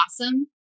awesome